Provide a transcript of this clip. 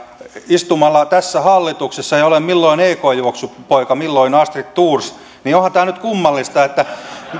istumalla tässä hallituksessa ja olen milloin ekn juoksupoika milloin astrid thors onhan tämä nyt kummallista